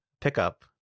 pickup